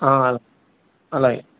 అలాగే